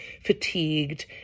fatigued